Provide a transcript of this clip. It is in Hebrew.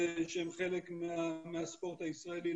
שהם חלק מהספורט הישראלי,